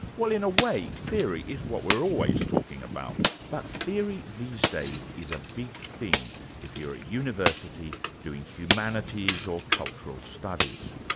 well in a way, theory is what we're always talking about, but theory these days is a big thing if you're at university doing humanities or cultural studies.